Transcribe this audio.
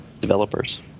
developers